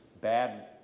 bad